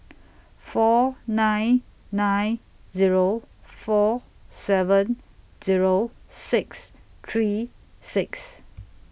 four nine nine Zero four seven Zero six three six